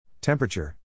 Temperature